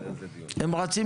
הם רצים